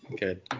Good